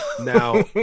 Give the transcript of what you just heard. Now